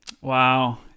Wow